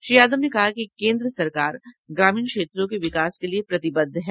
श्री यादव ने कहा कि केंद्र सरकार ग्रामीण क्षेत्रों के विकास के लिये प्रतिबद्ध है